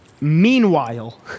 meanwhile